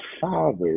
father